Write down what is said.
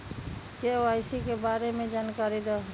KYC के बारे में जानकारी दहु?